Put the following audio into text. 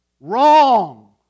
Wrong